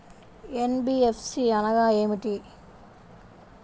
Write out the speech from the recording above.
NBFC అనగా ఏమిటీ?